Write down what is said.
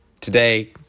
Today